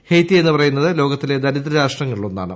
Haiti എന്നുപറയുന്നത് ലോകത്തിലെ ദരിദ്ര രാഷ്ട്രങ്ങളിൽ ഒന്നാണ്